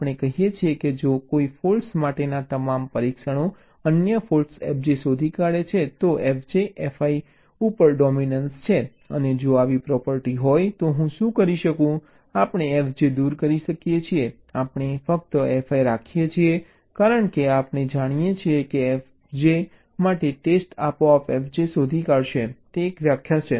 આપણે કહીએ છીએ કે જો કોઈ ફોલ્ટ માટેના તમામ પરીક્ષણો અન્ય ફોલ્ટ fj શોધી કાઢે છે તો fj fi ઉપર ડોમીનન્સ છે અને જો આવી પ્રોપર્ટી હોય તો હું શું કરી શકું આપણે fj દૂર કરી શકીએ છીએ આપણે ફક્ત fi રાખીએ છીએ કારણ કે આપણે જાણીએ છીએ કે fi માટે ટેસ્ટ આપોઆપ fj શોધી કાઢશે તે એક વ્યાખ્યા છે